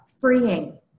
freeing